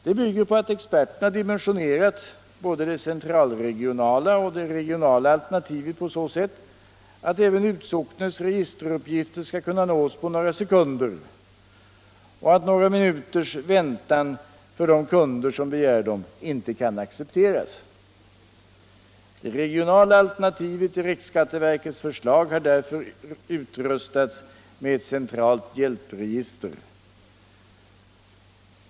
Det bygger på att experterna dimensionerat både det central/regionala och det regionala alternativet på så sätt att även utsocknes registeruppgifter skall kunna nås på några sekunder och att några minuters väntan för de kunder som begär dem inte kan accepteras. Det regionala alternativet i riksskatteverkets förslag har därför utrustats med ett centralt hjälpregister.